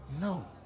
No